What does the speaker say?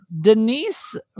Denise